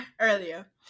earlier